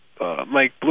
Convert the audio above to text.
Mike